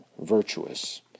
virtuous